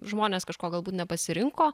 žmonės kažko galbūt nepasirinko